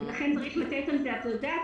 לכן צריך לתת על זה את הדעת.